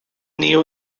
new